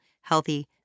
healthy